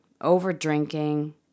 over-drinking